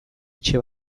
etxe